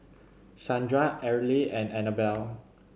Shandra Arly and Anabel